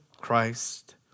Christ